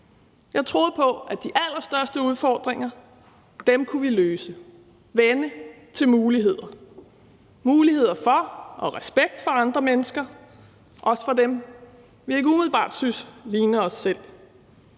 Jeg troede på, at de allerstørste udfordringer kunne vi løse, vende til muligheder, muligheder for og respekt for andre mennesker, også for dem, vi ikke umiddelbart synes ligner os selv.